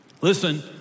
Listen